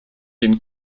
den